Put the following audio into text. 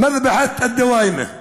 מדבחת א-דווימה,